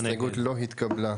0 ההסתייגות לא התקבלה.